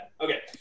Okay